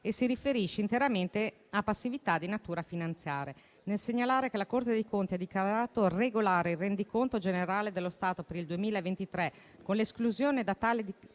e si riferisce interamente a passività di natura finanziaria. Nel segnalare che la Corte dei conti ha dichiarato regolare il rendiconto generale dello Stato per il 2023, con l'esclusione da tale